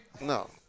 No